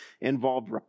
involved